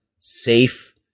safe